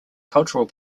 cultural